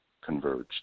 converged